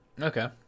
okay